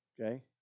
Okay